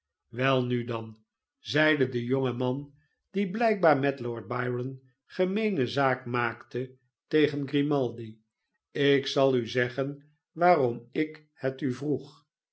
welnu dan zeide de jonge man die blijkbaar met lord byroh gemeene zaak maakte tegen grimaldi ik zal u zeggen waarom ik het u vroeg